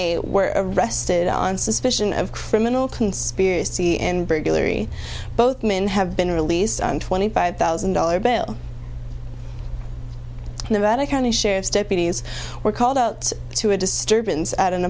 eight were arrested on suspicion of criminal conspiracy and burglary both men have been released on twenty five thousand dollars bail in the vatican the sheriff's deputies were called out to a disturbance at an